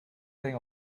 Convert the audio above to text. thing